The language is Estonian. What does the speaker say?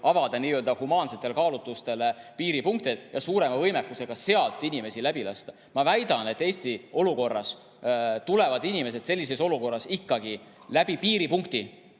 avada humaansetel kaalutlustel piiripunkte, et suurema võimekusega sealt inimesi läbi lasta. Ma väidan, et Eestis tuleksid inimesed sellises olukorras ikkagi läbi piiripunkti,